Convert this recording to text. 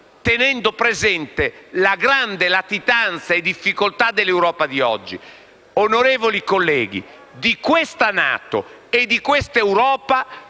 tenendo presente la grande latitanza e difficoltà dell'Europa di oggi. Onorevoli colleghi, di questa NATO e di questa Europa